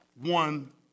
one